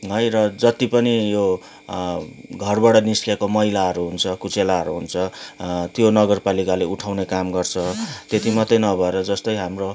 है र जति पनि यो घरबाट निस्केको मैलाहरू हुन्छ कुचेलाहरू हुन्छ त्यो नगरपालिकाले उठाउने काम गर्छ त्यति मात्रै नभएर जस्तै हाम्रो